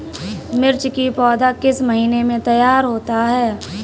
मिर्च की पौधा किस महीने में तैयार होता है?